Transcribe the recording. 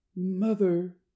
mother